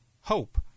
hope